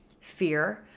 fear